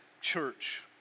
church